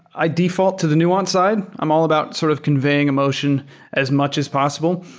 i default to the nuance side. i'm all about sort of conveying emotion as much as possible.